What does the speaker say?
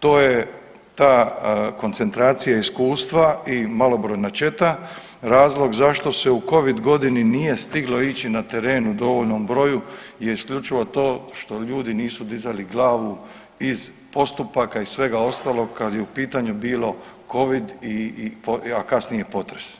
to je ta koncentracija iskustva i malobrojna četa, razlog zašto se u Covid godini nije stiglo ići na teren u dovoljnom broju je isključivo to što ljudi nisu dizali glavu iz postupaka, iz svega ostalog, kad je u pitanju bilo Covid i, a kasnije i potres.